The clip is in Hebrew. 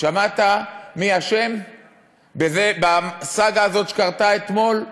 שמעת מי אשם בסאגה הזאת שקרתה אתמול?